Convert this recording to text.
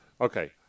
Okay